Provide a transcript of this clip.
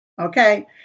Okay